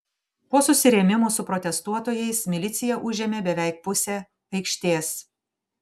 po susirėmimų su protestuotojais milicija užėmė beveik pusę aikštės